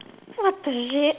what the shit